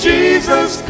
Jesus